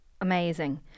Amazing